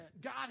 God